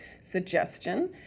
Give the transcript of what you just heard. suggestion